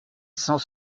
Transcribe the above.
cent